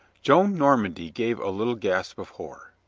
joan normandy gave a little gasp of horror.